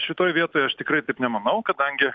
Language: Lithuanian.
šitoj vietoj aš tikrai taip nemanau kadangi